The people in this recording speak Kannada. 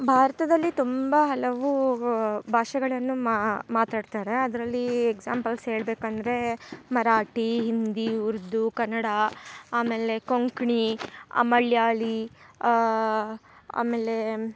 ಭಾರತದಲ್ಲಿ ತುಂಬ ಹಲವು ಭಾಷೆಗಳನ್ನು ಮಾತಾಡ್ತಾರೆ ಅದರಲ್ಲಿ ಎಕ್ಸಾಂಪಲ್ಸ್ ಹೇಳಬೇಕಂದ್ರೆ ಮರಾಠಿ ಹಿಂದಿ ಉರ್ದು ಕನ್ನಡ ಆಮೇಲೆ ಕೊಂಕಣಿ ಮಲಯಾಳಿ ಆಮೇಲೆ